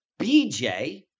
BJ